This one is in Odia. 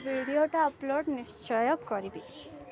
ଭିଡ଼ିଓଟା ଅପଲୋଡ଼ ନିଶ୍ଚୟ କରିବି